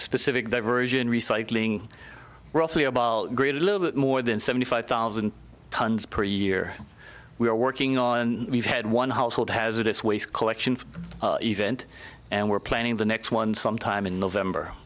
specific diversion recycling roughly a little bit more than seventy five thousand tons per year we're working on we've had one household hazardous waste collection event and we're planning the next one sometime in november